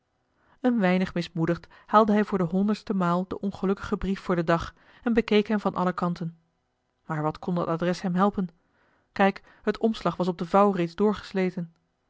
een weinig mismoedigd haalde hij voor de honderdste maal den ongelukkigen brief voor den dag en bekeek hem van alle kanten maar wat kon dat adres hem helpen kijk het omslag was op de vouw reeds doorgesleten